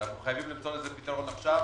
ואנחנו חייבים למצוא לזה פתרון עכשיו,